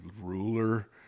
ruler